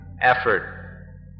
effort